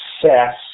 success